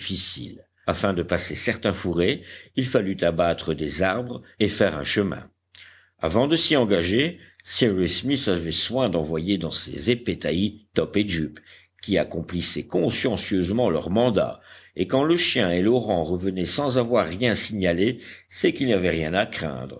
afin de passer certains fourrés il fallut abattre des arbres et faire un chemin avant de s'y engager cyrus smith avait soin d'envoyer dans ces épais taillis top et jup qui accomplissaient consciencieusement leur mandat et quand le chien et l'orang revenaient sans avoir rien signalé c'est qu'il n'y avait rien à craindre